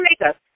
makeup